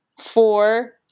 four